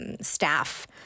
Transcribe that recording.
staff